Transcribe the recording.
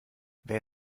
wer